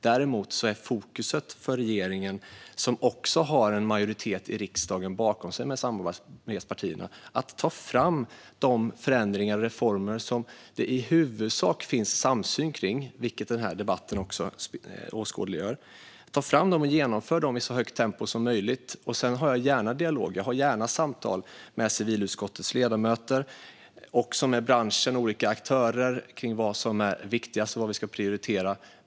Däremot är fokus för regeringen, som också har en majoritet i riksdagen bakom sig med samarbetspartierna, att ta fram de förändringar och reformer som det i huvudsak finns samsyn kring, vilket den här debatten också åskådliggör, och genomföra dem i så högt tempo som möjligt. Sedan har jag gärna dialog. Jag har gärna samtal med civilutskottets ledamöter, med branschen och med olika aktörer kring vad som är viktigast och vad vi ska prioritera.